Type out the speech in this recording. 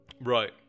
Right